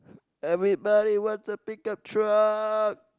everybody wants a pick up truck